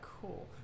cool